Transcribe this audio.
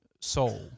soul